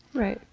right.